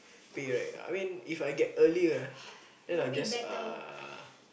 pay right I mean If I get early ah then I just uh